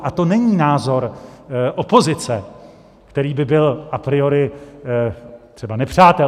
A to není názor opozice, který by byl a priori třeba nepřátelský.